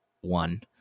one